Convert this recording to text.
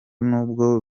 nubwo